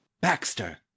baxter